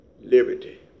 liberty